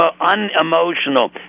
unemotional